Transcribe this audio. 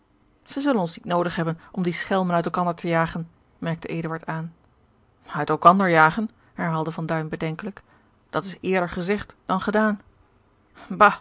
zij zullen ons niet noodig hebben om die schelmen uit elkander te jagen merkte eduard aan uit elkander jagen herhaalde van duin bedenkelijk dat is eerder gezegd dan gedaan